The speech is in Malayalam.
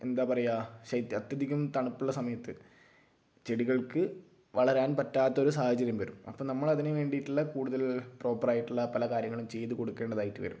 എന്താ പറയുക ശൈത്യം അത്യധികം തണുപ്പുള്ള സമയത്ത് ചെടികൾക്ക് വളരാൻ പറ്റാത്തൊരു സാഹചര്യം വരും അപ്പം നമ്മളതിന് വേണ്ടിയിട്ടുള്ള കൂടുതൽ പ്രോപ്പറായിട്ടുള്ള പല കാര്യങ്ങളും ചെയ്ത് കൊടുക്കേണ്ടതായിട്ട് വരും